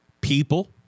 people